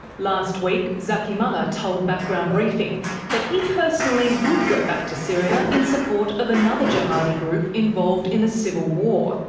last week zaky mallah told background briefing that he personally would go back to syria in support of another jihadi group involved in the civil war,